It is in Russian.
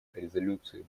резолюции